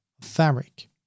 Fabric